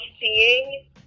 seeing